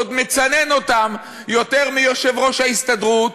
עוד מצנן אותם יותר מיושב-ראש ההסתדרות,